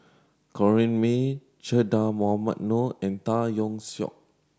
Corrinne May Che Dah Mohamed Noor and Tan Yeok Seong